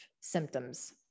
symptoms